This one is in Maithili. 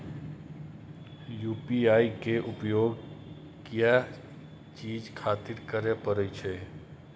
यू.पी.आई के उपयोग किया चीज खातिर करें परे छे?